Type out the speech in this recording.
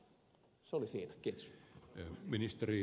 se oli siinä